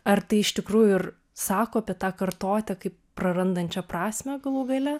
ar tai iš tikrųjų ir sako apie tą kartę kaip prarandančią prasmę galų gale